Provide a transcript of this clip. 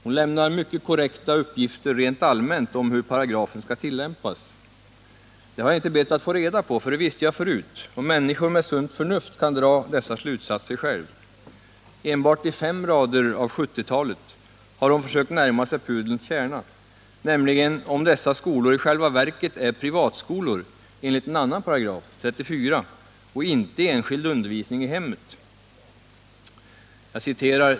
Hon lämnar mycket korrekta uppgifter rent allmänt om hur paragrafen skall tillämpas. Det har jag inte bett att få reda på, för det visste jag förut, och människor med sunt förnuft kan dra dessa slutsatser själva. Enbart i fem rader av 70-talet har hon försökt närma sig pudelns kärna, nämligen frågan om dessa skolor i själva verket är privatskolor enligt en annan paragraf — 34 — och inte enskild undervisning i hemmet.